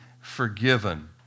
forgiven